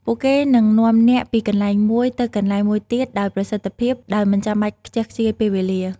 ពួកគេនឹងនាំអ្នកពីកន្លែងមួយទៅកន្លែងមួយទៀតដោយប្រសិទ្ធភាព ដោយមិនចាំបាច់ខ្ជះខ្ជាយពេលវេលា។